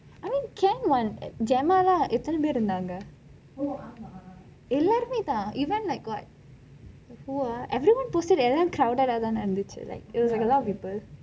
I mean can what J_E_M லே எத்தனை பேர் இருந்தாங்க எல்லாருமே தான்:lei ethanai per irunthanka ellarumei thaan even like got who ah everyone posted எல்லாம்:ellam crowded ஆக தான் இருந்தச்சு:aaka thaan irunthachu it was like a lot of people